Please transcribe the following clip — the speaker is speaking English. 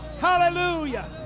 Hallelujah